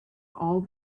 all